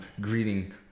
greeting